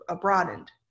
broadened